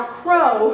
crow